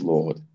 Lord